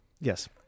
Yes